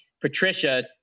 Patricia